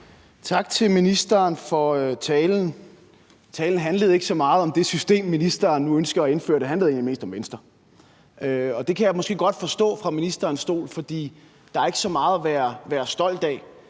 Tak til ministeren for talen. Talen handlede ikke så meget om det system, ministeren nu ønsker at indføre, det handlede egentlig mest om Venstre. Og det kan jeg måske godt forstå, for set fra ministerens stol er der ikke så meget at være stolt af,